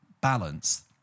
balance